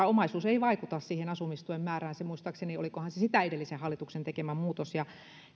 omaisuus ei vaikuta asumistuen määrään olikohan se viimeistä edellisen hallituksen tekemä muutos ja